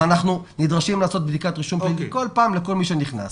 אנחנו נדרשים לעשות בדיקת רישום כל פעם לכל מי שנכנס.